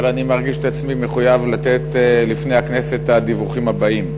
אבל אני מרגיש את עצמי מחויב לתת בפני הכנסת את הדיווחים הבאים.